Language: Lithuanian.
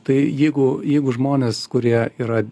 tai jeigu jeigu žmonės kurie yra